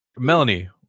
Melanie